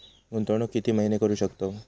गुंतवणूक किती महिने करू शकतव?